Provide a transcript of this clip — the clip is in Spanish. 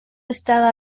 estaba